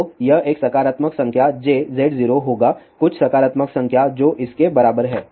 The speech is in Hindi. तो यह एक सकारात्मक संख्या j Z0 होगा कुछ सकारात्मक संख्या जो इसके बराबर है